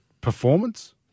performance